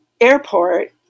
airport